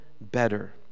better